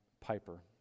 Piper